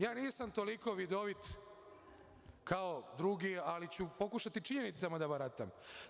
Ja nisam toliko vidovit kao drugi, ali ću pokušati činjenicama da baratam.